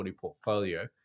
portfolio